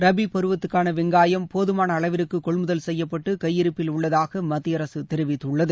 ரபி பருவத்துக்கான வெங்காயம் போதமான அளவுக்கு கொள்முதல் செய்யப்பட்டு கையிரு்பபில் உள்ளதாக மத்திய அரசு தெரிவித்துள்ளது